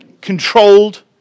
controlled